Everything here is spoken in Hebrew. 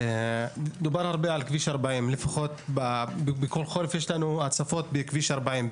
דובר הרבה על כביש 40. בכל חורף יש לנו הצפות בכביש 40,